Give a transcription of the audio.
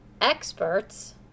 experts